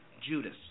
Judas